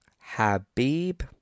Habib